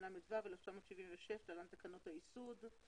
התשל"ו-1976 (להלן תקנות הייסוד).